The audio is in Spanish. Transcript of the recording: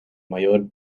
mayor